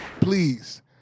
Please